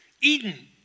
Eden